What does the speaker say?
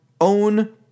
own